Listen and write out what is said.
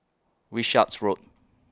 Wishart's Road